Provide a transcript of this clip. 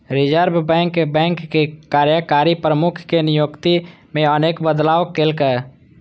reserve Bank बैंकक कार्यकारी प्रमुख के नियुक्ति मे अनेक बदलाव केलकै